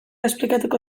esplikatuko